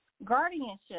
guardianship